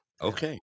okay